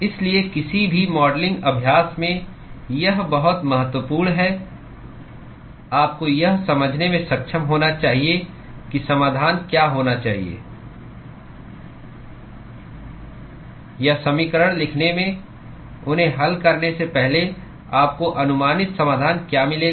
इसलिए किसी भी मॉडलिंग अभ्यास में यह बहुत महत्वपूर्ण है आपको यह समझने में सक्षम होना चाहिए कि समाधान क्या होना चाहिए या समीकरण लिखने उन्हें हल करने से पहले आपको अनुमानित समाधान क्या मिलेगा